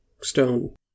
stone